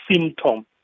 symptom